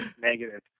negative